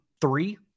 three